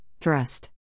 Thrust